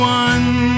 one